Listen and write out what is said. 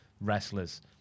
wrestlers